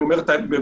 אני אומר בכנות.